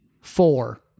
Four